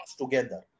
together